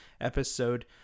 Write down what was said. episode